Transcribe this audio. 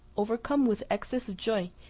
overcome with excess of joy,